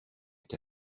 est